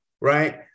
right